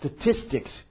statistics